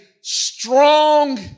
strong